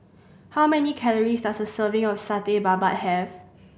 how many calories does a serving of Satay Babat have